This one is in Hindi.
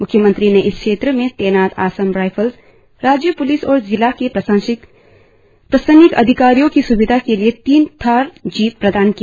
म्ख्यमंत्री ने इस क्षेत्र में तैनात असम राईफल्स राज्य प्लिस और जिले के प्रशासनिक अधिकारियों की सुविधा के लिए तीन थार जीप प्रदान किया